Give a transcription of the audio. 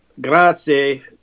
grazie